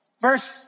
Verse